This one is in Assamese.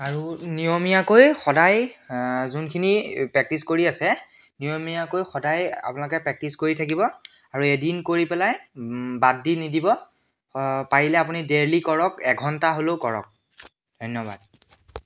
আৰু নিয়মীয়াকৈ সদায় যোনখিনি প্ৰেকটিচ কৰি আছে নিয়মীয়াকৈ সদায় আপোনালোকে প্ৰেকটিচ কৰি থাকিব আৰু এদিন কৰি পেলাই বাদ দি নিদিব পাৰিলে আপুনি ডেইলি কৰক এঘণ্টা হ'লেও কৰক ধন্যবাদ